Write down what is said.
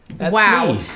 wow